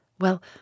Well